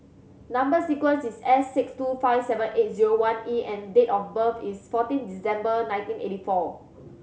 number sequence is S six two five seven eight zero one E and date of birth is fourteen December nineteen eighty four